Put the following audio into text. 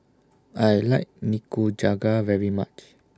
I like Nikujaga very much